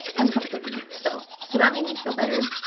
uncomfortably so. so that made me feel better.